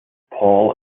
paul